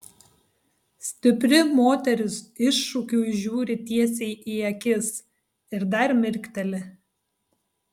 stipri moteris iššūkiui žiūri tiesiai į akis ir dar mirkteli